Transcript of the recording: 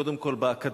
קודם כול באקדמיה,